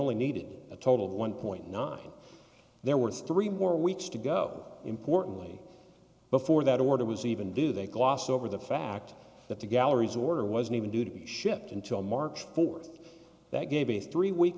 only needed a total of one point nine there were three more weeks to go importantly before that order was even do they lost over the fact that the gallery's order wasn't even due to be shipped until march fourth that gave a three week